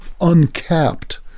uncapped